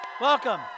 welcome